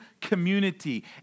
community